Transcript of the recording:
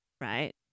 right